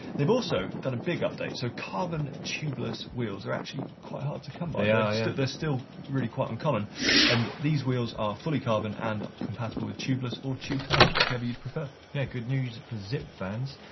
they've also done a big update. so carbon tubeless wheels are actually quite hard to come by. ah they're still really quite uncommon and these wheels are fully carbon and compatible with tubeless or tube tires, whichever you'd prefer. yeah, good news for zip fans.